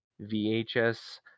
VHS